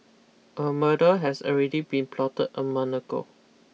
a murder has already been plotted a month ago